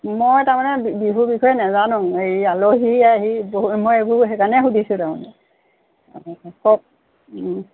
মই তাৰমানে বি বিহুৰ বিষয়ে নাজানোঁ হেৰি আলহী আহি বহি মই এইবোৰ সেইকাৰণে সুধিছোঁ তাৰমানে কওঁক